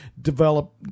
develop